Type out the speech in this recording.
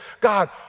God